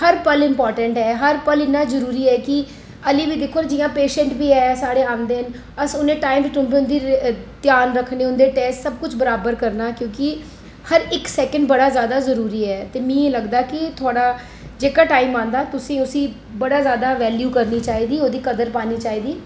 हर पल इंमपाटेंट ऐ हर पल इन्ना जरूरी ऐ कि अल्ली बी दिक्खो जियां पेेंशटें बी ऐ साढ़ै आंदे न अस उनेंगी टाइम उप्पर उंदा ध्यान रक्खने उंदे टेस्ट सब कुछ बराबर करना क्योंकि हर इक सैकंड बड़ा ज्यादा जरूरी ऐ ते मीं लगदा ऐ कि थुआढ़ा जेह्का टाइम आंदा तुसें उसी बड़ा ज्यादा बेल्यू करनी चाहिदी ओह्दी कदर पानी चाहिदी